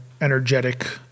energetic